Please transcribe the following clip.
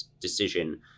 decision